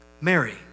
Mary